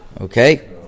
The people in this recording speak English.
okay